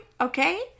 okay